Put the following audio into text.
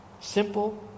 Simple